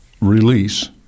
release